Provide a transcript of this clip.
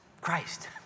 Christ